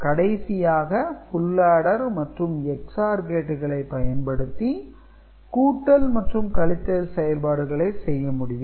கடைசியாக full adder மற்றும் Ex OR கேட்டுகளை பயன்படுத்தி கூட்டல் மற்றும் கழித்தல் செயல்பாடுகளை செய்ய முடியும்